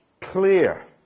Clear